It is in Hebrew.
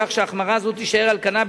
כך שהחמרה זו תישאר על כנה.